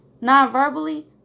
non-verbally